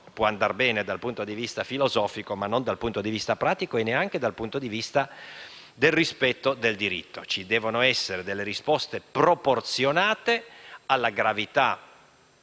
può andare bene dal punto di vista filosofico e non dal punto di vista pratico e neanche dal punto di vista del rispetto del diritto: ci devono essere risposte proporzionate alla gravità